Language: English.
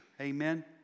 Amen